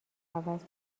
عوض